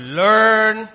learn